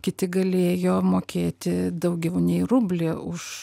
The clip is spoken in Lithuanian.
kiti galėjo mokėti daugiau nei rublį už